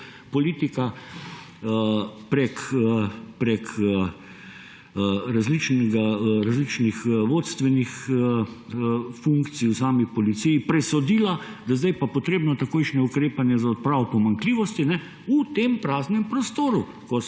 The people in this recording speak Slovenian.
politika prek različnih vodstvenih funkcij v sami policiji presodila, da zdaj je pa treba takojšnje ukrepanje za odpravo pomanjkljivosti v tem praznem prostoru,